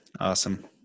Awesome